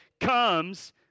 comes